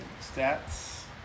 stats